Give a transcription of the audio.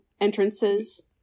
entrances